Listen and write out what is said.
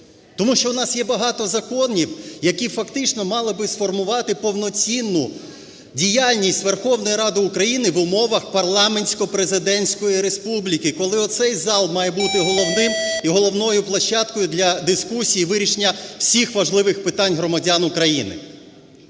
Тому що у нас є багато законів, які фактично мали б сформувати повноцінну діяльність Верховної Ради України в умовах парламентсько-президентської республіки, коли оцей зал має бути головним і головною площадкою для дискусій, вирішення всіх важливих питань громадян України.